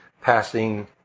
passing